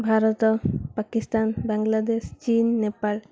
Bharat Pakistan Bangladesh Chin Nepal